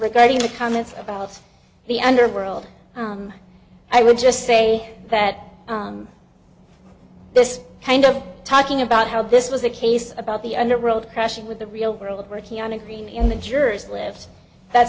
regarding the comments about the underworld i would just say that this kind of talking about how this was a case about the underworld crashing with the real world working on a green in the jurors lives that